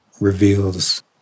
reveals